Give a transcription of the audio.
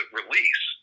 release